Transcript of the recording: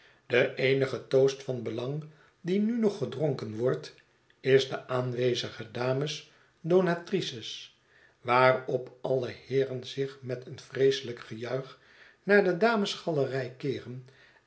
de eenige toast van belang die nu nog gedronken wordt is de aanwezige dames donatrices waarop alle heeren zich met een vreeselijk gejuich naar de damesgalerij keeren